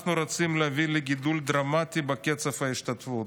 אנחנו רוצים להביא לגידול דרמטי בקצב ההשתתפות".